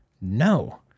No